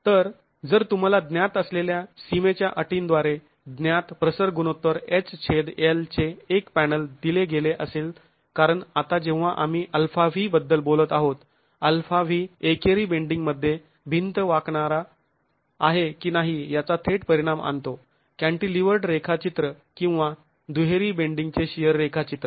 तर जर तुम्हाला ज्ञात असलेल्या सिमेच्या अटींद्वारे ज्ञात प्रसर गुणोत्तर h छेद l चे एक पॅनल दिले गेले असेल कारण आता जेव्हा आम्ही αv बद्दल बोलत आहोत αv एकेरी बेंडींग मध्ये भिंत वाकणार आहे की नाही याचा थेट परिणाम आणतो कॅंटिलीवर्ड रेखाचित्र किंवा दुहेरी बेंडींगचे शिअर रेखाचित्र